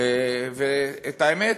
והאמת,